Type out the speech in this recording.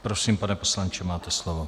Prosím, pane poslanče, máte slovo.